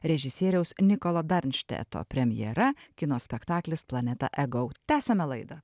režisieriaus nikolo darnšteto premjera kino spektaklis planeta egau tęsiame laidą